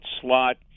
slot